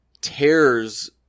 tears